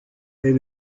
est